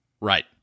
right